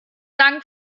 dank